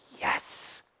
yes